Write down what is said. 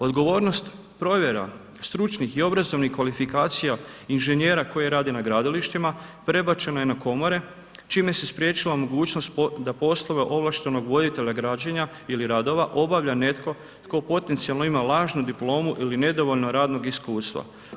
Odgovornost provjera stručnih i obrazovnih kvalifikacija inženjera koji rade na gradilištima, prebačeno je na komore, čime se spriječila mogućnost da poslove ovlaštenog voditelja građenja ili radova, obavlja netko tko potencijalno ima lažnu diplomu ili nedovoljno radnog iskustva.